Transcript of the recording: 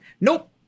Nope